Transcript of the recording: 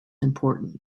importance